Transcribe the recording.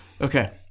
Okay